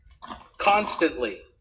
Constantly